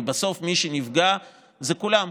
כי בסוף מי שנפגע זה כולם: